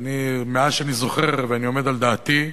מאז שאני זוכר ואני עומד על דעתי,